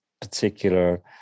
particular